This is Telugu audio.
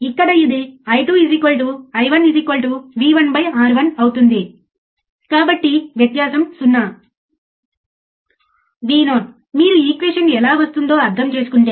అవుట్పుట్ వోల్టేజ్ 0 చేయడానికి అవసరమైన ఈ చిన్న వోల్టేజ్ను ఇన్పుట్ ఆఫ్సెట్ వోల్టేజ్ అంటారు